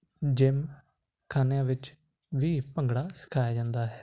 gym ਖਾਨਿਆਂ ਵਿੱਚ ਵੀ ਭੰਗੜਾ ਸਿਖਾਇਆ ਜਾਂਦਾ ਹੈ